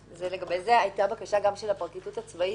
הייתה גם בקשה של הפרקליטות הצבאית,